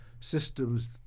systems